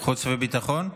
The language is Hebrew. חוץ וביטחון.